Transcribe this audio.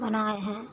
बनाए हैं